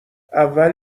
اول